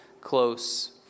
close